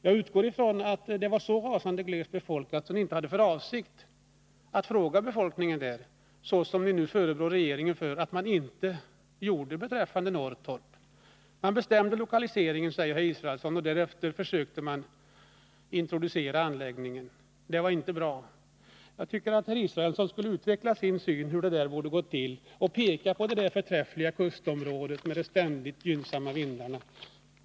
Jag utgår från att platsen är så rasande glesbefolkad att ni inte har för avsikt att tillfråga befolkningen där, såsom ni nu förebrår regeringen att den inte gjorde beträffande Norrtorp. Man bestämde lokaliseringen, säger Per Israelsson, och därefter försökte man introducera anläggningen. Det var inte bra, säger han. — Jag tycker att herr Israelsson skulle utveckla sin syn på hur beslutet borde gå till och peka på det där förträffliga kustområdet med de ständigt gynnsamma vindarna.